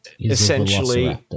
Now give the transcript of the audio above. essentially